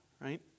Right